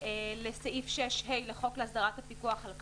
לסעיף 6(ה) לחוק להסדרת הפיקוח על כלבים.